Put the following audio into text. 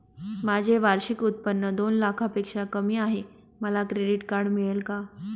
माझे वार्षिक उत्त्पन्न दोन लाखांपेक्षा कमी आहे, मला क्रेडिट कार्ड मिळेल का?